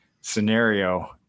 scenario